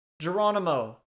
Geronimo